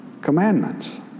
Commandments